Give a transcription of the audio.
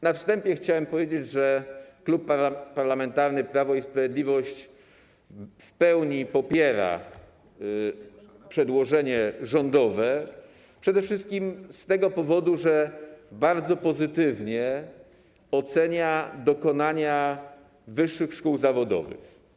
Na wstępie chciałem powiedzieć, że Klub Parlamentarny Prawo i Sprawiedliwość w pełni popiera przedłożenie rządowe przede wszystkim z tego powodu, że bardzo pozytywnie ocenia dokonania wyższych szkół zawodowych.